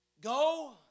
Go